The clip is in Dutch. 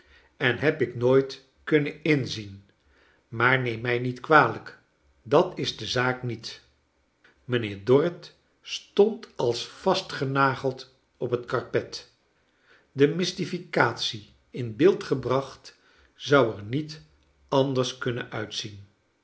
en heb ik nooit kunnen inzien maar neem mij niet kwalijk dat is de zaak niet mijnheer dorrit stond als vastgenageld op het karpet de mystifioatie in beeld gebracht zou er niet anders kunnen uitzien